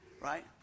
right